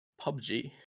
PUBG